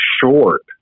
short